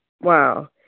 wow